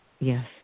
yes